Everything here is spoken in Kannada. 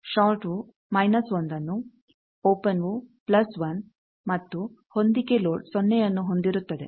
ಷಾರ್ಟ್ ವು ಮೈನಸ್ 1ನ್ನು ಓಪೆನ್ ವು ಪ್ಲಸ್ 1 ಮತ್ತು ಹೊಂದಿಕೆ ಲೋಡ್ ಸೊನ್ನೆಯನ್ನು ಹೊಂದಿರುತ್ತದೆ